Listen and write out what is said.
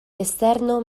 esterno